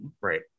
Right